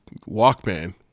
walkman